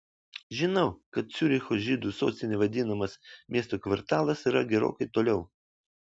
žinau kad ciuricho žydų sostine vadinamas miesto kvartalas yra gerokai toliau